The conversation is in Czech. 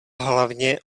hlavně